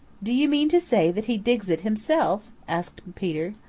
do you mean to say that he digs it himself? asked peter.